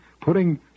putting